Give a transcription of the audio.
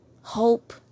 hope